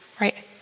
right